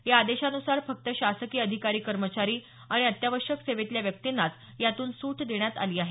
या आदेशानुसार फक्त शासकीय अधिकारी कर्मचारी आणि अत्यावश्यक सेवेतल्या व्यक्तींनाच यातून सूट देण्यात आली आहे